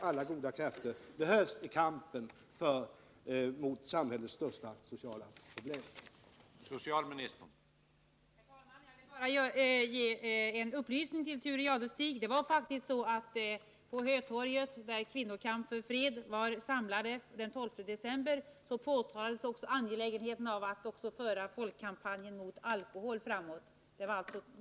Alla goda krafter behövs i kampen mot Nr 54 samhällets största sociala problem. Måndagen den